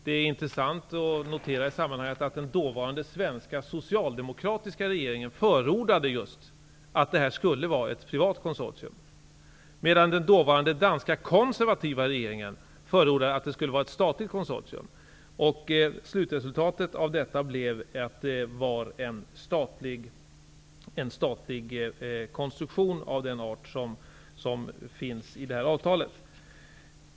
Det är intressant att notera i sammanhanget att den dåvarande svenska socialdemokratiska regeringen förordade att det skulle vara just ett privat konsortium, medan den dåvarande danska konservativa regeringen förordade att det skulle vara ett statligt konsortium. Slutresultatet av detta blev en statlig konstruktion av den art som finns i avtalet. Fru talman!